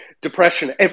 depression